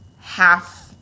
half